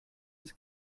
its